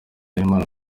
y’imana